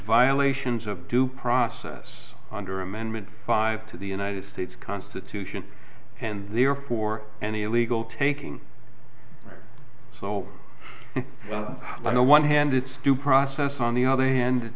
violations of due process under amendment five to the united states constitution and therefore any illegal taking so no one hand it's due process on the other hand